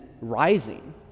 rising